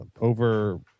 over